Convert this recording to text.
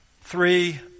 three